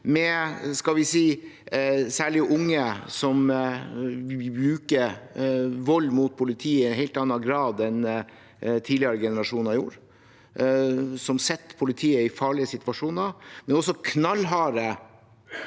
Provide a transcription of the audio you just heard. særlig unge som bruker vold mot politiet i en helt annen grad enn tidligere generasjoner gjorde, og som setter politiet i farlige situasjoner, men også knallharde